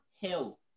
Hill